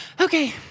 Okay